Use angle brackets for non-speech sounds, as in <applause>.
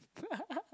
<laughs>